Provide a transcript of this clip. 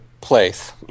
place